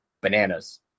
bananas